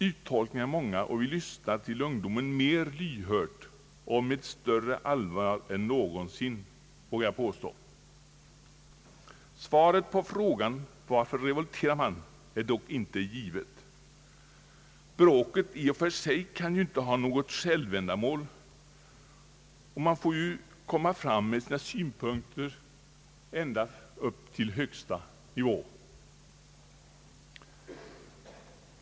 Uttolkningarna är många, och jag vågar påstå att vi lyssnar till ungdomen mer lyhört och med större allvar än någonsin. Svaret på frågan varför man revolterar är dock inte givet. Bråket i och för sig kan inte ha något självändamål, och man får ju komma fram med sina synpunkter ända upp till högsta nivå.